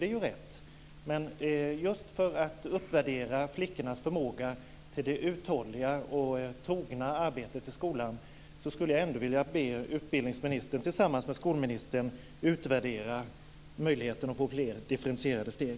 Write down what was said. Det är visserligen riktigt, men just för att uppvärdera flickornas förmåga till ett uthålligt och troget arbete i skolan skulle jag ändå vilja be att utbildningsministern tillsammans med skolministern undersökte möjligheterna att få fler differentierade steg.